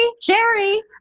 sherry